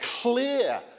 clear